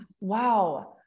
Wow